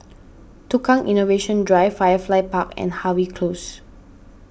Tukang Innovation Drive Firefly Park and Harvey Close